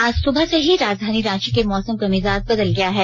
आज सुबह से ही राजधानी रांची के मौसम का मिजाज बदल गया है